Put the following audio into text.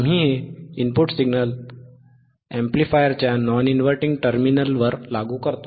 आम्ही हे input signal अॅम्प्लीफायरच्या नॉन इनव्हर्टिंग टर्मिनलवर लागू करतो